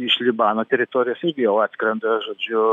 iš libano teritorijos irgi jau atskrenda žodžiu